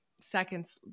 seconds